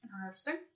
interesting